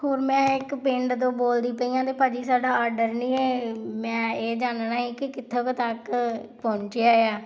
ਹੁਣ ਮੈਂ ਇੱਕ ਪਿੰਡ ਤੋਂ ਬੋਲਦੀ ਪਈ ਹਾਂ ਅਤੇ ਭਾਅ ਜੀ ਸਾਡਾ ਆਡਰ ਨਹੀਂ ਹੈ ਮੈਂ ਇਹ ਜਾਣਨਾ ਹੈ ਕਿ ਕਿੱਥੋਂ ਕੁ ਤੱਕ ਪਹੁੰਚਿਆ ਆ